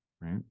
Right